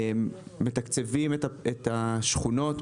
מתקצבים את השכונות,